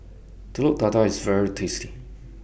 Telur Dadah IS very tasty